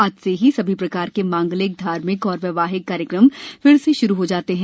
आज से ही सभी प्रकार के मांगलिक धार्मिक और वैवाहिक कार्यक्रम फिर से शुरू हो जाते हैं